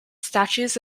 statues